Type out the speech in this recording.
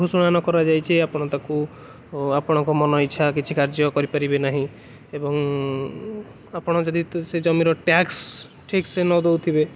ଘୋଷଣା ନ କରାଯାଇଛି ଆପଣ ତାକୁ ଆପଣଙ୍କ ମନ ଇଚ୍ଛା କିଛି କାର୍ଯ୍ୟ କରିପାରିବେ ନାହିଁ ଏବଂ ଆପଣ ଯଦି ସେ ଜମିର ଟାକ୍ସ ଠିକ ସେ ନ ଦେଉଥିବେ